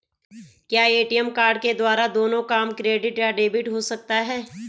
क्या ATM card द्वारा दोनों काम क्रेडिट या डेबिट हो सकता है?